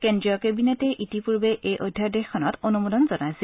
কেজ্ৰীয় কেবিনেটে ইতিপূৰ্বে এই অধ্যাদেশখনত অনুমোদন জনাইছিল